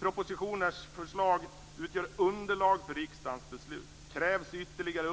Propositioners förslag utgör underlag för riksdagens beslut. Om det krävs ytterligare